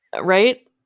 Right